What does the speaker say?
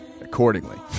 accordingly